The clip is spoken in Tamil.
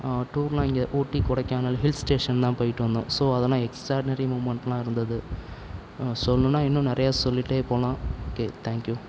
டூரெலாம் இங்கே ஊட்டி கொடைக்கானல் ஹில் ஸ்டேஷன் தான் போய்விட்டு வந்தோம் ஸோ அதெல்லாம் எக்ஸ்ட்ராடினரி மூவ்மெண்டெலாம் இருந்தது சொல்லணுன்னா இன்னும் நிறைய சொல்லிகிட்டே போகலாம் ஓகே தேங்க்யூ